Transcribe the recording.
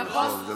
נכון.